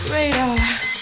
Radar